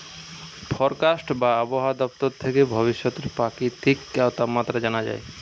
forecast বা আবহায়া দপ্তর থেকে ভবিষ্যতের প্রাকৃতিক তাপমাত্রা জানা যায়